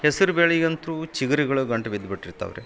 ಹೆಸ್ರು ಬೇಳಿಗೆ ಅಂತೂ ಚಿಗ್ರಿಗಳು ಗಂಟು ಬಿದ್ದು ಬಿಟ್ಟಿರ್ತಾವೆ ರೀ